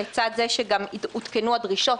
לצד זה שגם עודכנו הדרישות.